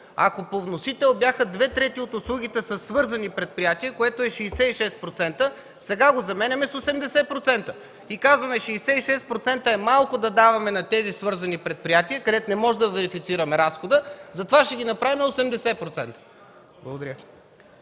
Ако по вносител бяха две трети от услугите със свързани предприятия, което е 66%, сега го заменяме с 80% и казваме: „66% е малко да даваме на тези свързани предприятия, където не можем да верифицираме разхода, затова ще ги направим 80%”. Благодаря.